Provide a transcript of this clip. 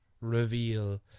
reveal